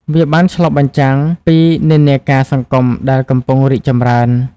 វាបានឆ្លុះបញ្ចាំងពីនិន្នាការសង្គមដែលកំពុងរីកចម្រើន។